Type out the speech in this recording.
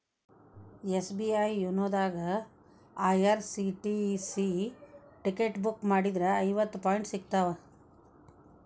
SBI YONO ದಾಗಾ IRCTC ticket book ಮಾಡಿದ್ರ ಐವತ್ತು ಪಾಯಿಂಟ್ ಸಿಗ್ತಾವ